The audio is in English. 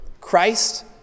Christ